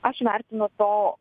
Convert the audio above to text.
aš vertinu to